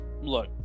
look